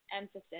emphasis